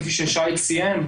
כפי ששי ציין,